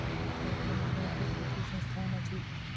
सार्वजनिक बैंक एक वित्तीय संस्थान अछि